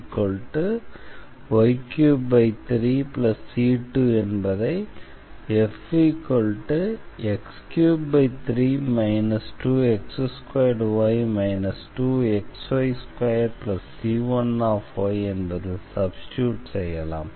c1yy33c2 என்பதை fx33 2x2y 2xy2c1 என்பதில் substitute செய்யலாம்